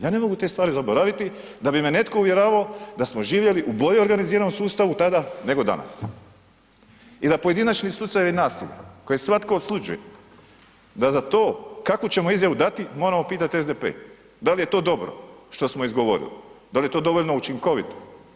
Ja ne mogu te stvari zaboraviti da bi me netko uvjeravao da smo živjeli u bolje organiziranom sustavu tada nego danas i da pojedinačni slučajevi nasilja koje svatko osuđuje da za to kakvu ćemo izjavu dati moramo pitati SDP da li je to dobro, što smo izgovorili, da li je to dovoljno učinkovito.